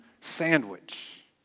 sandwich